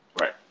right